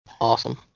Awesome